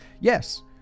Yes